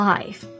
Life